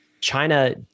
China